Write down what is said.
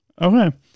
Okay